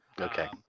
Okay